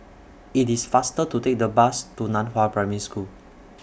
IT IS faster to Take The Bus to NAN Hua Primary School